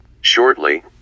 shortly